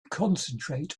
concentrate